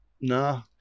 no